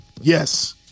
Yes